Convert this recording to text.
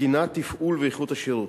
תקינה, תפעול ואיכות השירות.